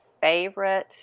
favorite